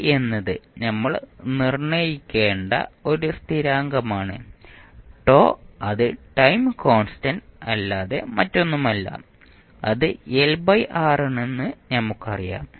A എന്നത് നമ്മൾ നിർണ്ണയിക്കേണ്ട ഒരു സ്ഥിരാങ്കമാണ് τ അത് ടൈം കോൺസ്റ്റന്റ് അല്ലാതെ മറ്റൊന്നുമല്ല അത് L R ആണെന്ന് നമുക്കറിയാം